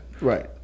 Right